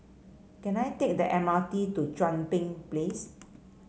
can I take the M R T to Chuan Place